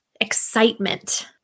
excitement